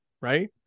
right